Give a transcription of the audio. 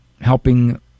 helping